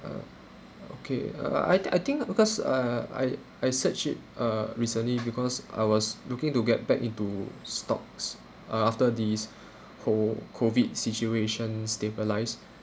uh okay uh I t~ I think because uh I I search it uh recently because I was looking to get back into stocks uh after these whole COVID situation stabilise